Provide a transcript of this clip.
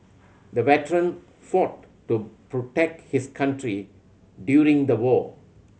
the veteran fought to protect his country during the war